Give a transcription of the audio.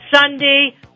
Sunday